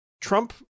Trump